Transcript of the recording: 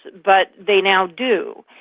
but they now do.